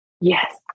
Yes